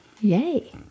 Yay